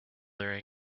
their